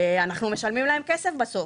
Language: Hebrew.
אנחנו משלמים להם כסף בסוף.